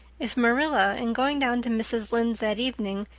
if marilla, in going down to mrs. lynde's that evening,